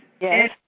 Yes